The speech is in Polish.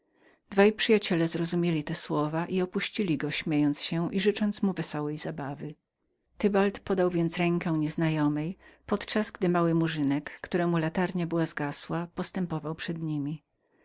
dwaj przyjacieieprzyjaciele zrozumieli te słowa i opuścili go śmiejąc się i żegnając go podobnemi życzeniami tybald więc ofiarował rękę nieznajomej podczas gdym ałygdy mały murzynek któremu latarnia była zagasła postępował przed niemi